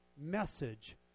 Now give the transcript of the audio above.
message